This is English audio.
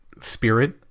spirit